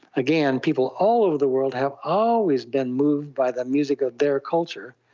again, people all over the world have always been moved by the music of their culture,